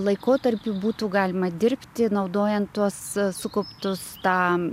laikotarpiu būtų galima dirbti naudojant tuos sukauptus tam